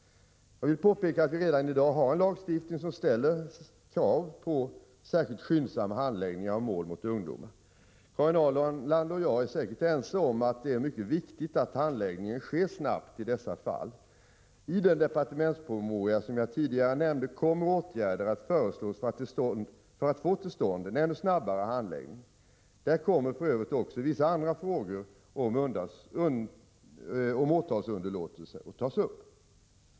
Jag vill påpeka att vi redan i dag har en lagstiftning som ställer krav på särskilt skyndsam handläggning av mål mot ungdomar. Karin Ahrland och jag är säkert ense om att det är mycket viktigt att handläggningen sker snabbt i dessa fall. I den departementspromemoria som jag tidigare nämnde kommer åtgärder att föreslås för att få till stånd en snabbare handläggning. Där kommer för övrigt också vissa andra frågor om åtalsunderlåtelse att tas upp.